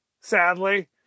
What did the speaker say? sadly